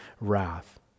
wrath